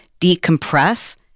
decompress